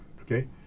Okay